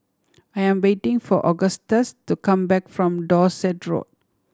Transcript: I am waiting for Augustus to come back from Dorset Road